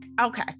okay